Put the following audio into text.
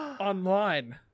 online